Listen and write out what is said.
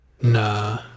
Nah